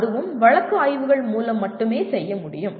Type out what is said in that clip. அதுவும் வழக்கு ஆய்வுகள் மூலம் மட்டுமே செய்ய முடியும்